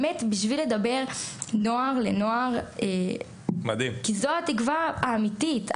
זה באמת כדי לדבר נוער לנוער כי זו התקווה האמיתית.